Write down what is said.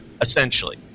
essentially